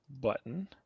button